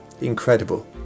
incredible